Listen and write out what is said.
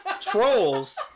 trolls